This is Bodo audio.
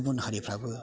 गुबुन हारिफ्राबो